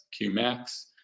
Qmax